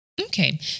Okay